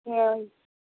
ᱦᱮᱸᱻ